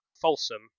Folsom